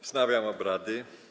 Wznawiam obrady.